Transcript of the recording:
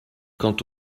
quant